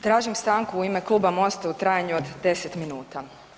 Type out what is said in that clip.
Tražim stanku u ime Kluba Mosta u trajanju od 10 minuta.